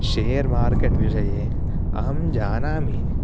share market विषये अहं जानामि